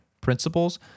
principles